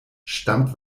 stammt